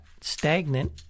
stagnant